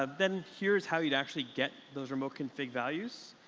ah then here's how you'd actually get those remote config values.